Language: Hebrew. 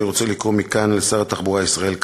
אני רוצה לקרוא מכאן לשר התחבורה ישראל כץ,